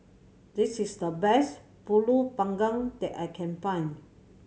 this is the best Pulut Panggang that I can find